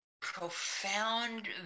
profound